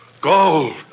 gold